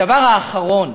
הדבר האחרון